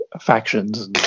factions